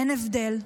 אין הבדל.